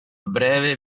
breve